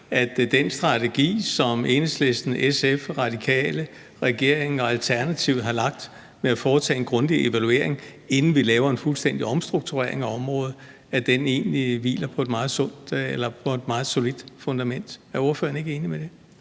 at den strategi, som Enhedslisten, SF, Radikale, regeringen og Alternativet har lagt med at foretage en grundig evaluering, inden vi laver en fuldstændig omstrukturering af området, hviler på et meget solidt fundament. Er ordføreren ikke enig i det?